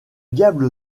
diable